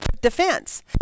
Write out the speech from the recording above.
defense